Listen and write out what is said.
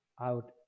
out